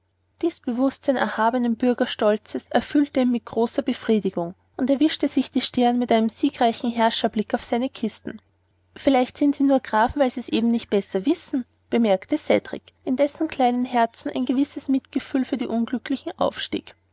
dies bewußtsein erhabenen bürgerstolzes erfüllte ihn mit großer befriedigung und er wischte sich die stirn mit einem siegreichen herrscherblick auf seine kisten vielleicht sind sie nur grafen weil sie es eben nicht besser wissen bemerkte cedrik in dessen kleinem herzen ein gewisses mitgefühl für die unglücklichen aufstieg